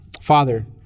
Father